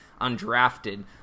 undrafted